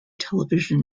television